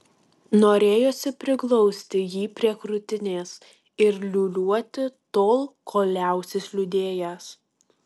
norėjosi priglausti jį prie krūtinės ir liūliuoti tol kol liausis liūdėjęs